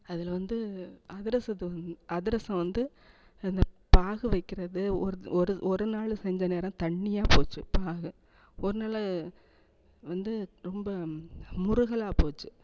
அதில் வந்து அதிரசதும் அதிரசம் வந்து அந்தப் பாகு வைக்கிறது ஒரு ஒரு ஒரு நாள் செஞ்ச நேரம் தண்ணியாக போச்சு பாகு ஒரு நாள் வந்து ரொம்ப முறுகலாக போச்சு